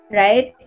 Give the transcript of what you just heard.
right